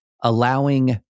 allowing